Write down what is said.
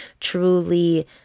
truly